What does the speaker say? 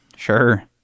sure